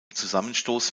zusammenstoß